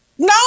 No